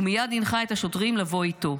ומייד הנחה את השוטרים לבוא איתו,